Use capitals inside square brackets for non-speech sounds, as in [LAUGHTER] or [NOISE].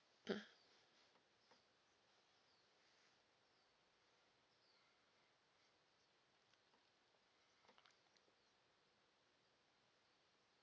[COUGHS]